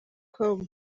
com